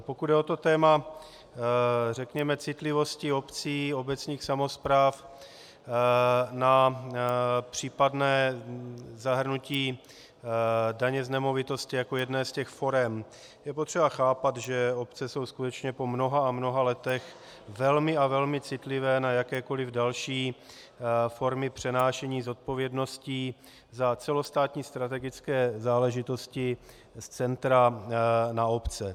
Pokud jde o to téma, řekněme, citlivosti obcí, obecních samospráv, na případné zahrnutí daně z nemovitosti jako jedné z těch forem, je potřeba chápat, že obce jsou skutečně po mnoha a mnoha letech velmi a velmi citlivé na jakékoli další formy přenášení zodpovědností za celostátní strategické záležitosti z centra na obce.